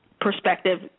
perspective